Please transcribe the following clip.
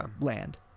Land